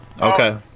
Okay